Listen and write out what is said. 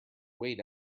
wait